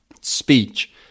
speech